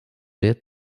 der